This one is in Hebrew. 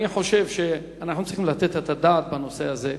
אני חושב שאנחנו צריכים לתת את הדעת על הנושא הזה,